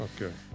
Okay